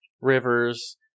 rivers